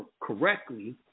correctly